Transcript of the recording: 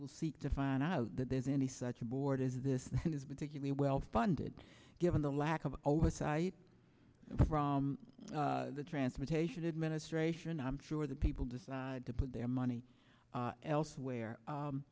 will seek to find out that there's any such a board is this particularly well funded given the lack of oversight from the transportation administration i'm sure the people decide to put their money elsewhere